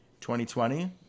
2020